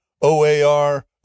OAR